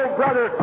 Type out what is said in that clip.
brother